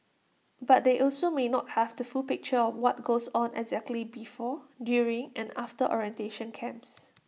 but they also may not have the full picture of what goes on exactly before during and after orientation camps